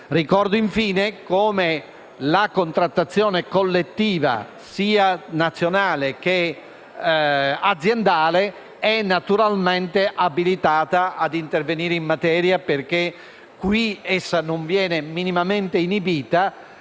Ricordo, infine, come la contrattazione collettiva, sia nazionale che aziendale, sia naturalmente abilitata a intervenire in materia. Essa non viene minimamente inibita,